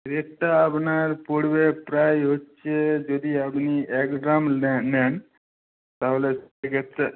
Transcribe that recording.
রেটটা আপনার পড়বে প্রায় হচ্ছে যদি আপনি এক ড্রাম নেন তাহলে সেক্ষেত্রে